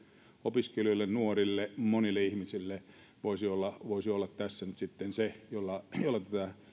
opiskelijoille nuorille monille ihmisille voisivat olla tässä nyt sitten se jolla epäilemättä voitaisiin